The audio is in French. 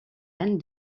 anne